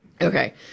Okay